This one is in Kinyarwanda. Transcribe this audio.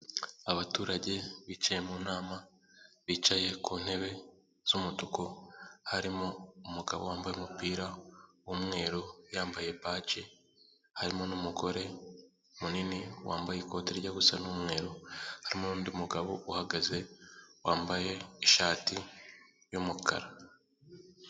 Abaturage bicaye mu nama bicaye ku ntebe z'umutuku, harimo umugabo wambaye umupira w'umweru, yambaye baje, harimo n'umugore munini wambaye ikoti ryijya gusa n'umweru, harimo undi mugabo uhagaze wambaye ishati y'umukara.